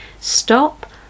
Stop